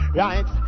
right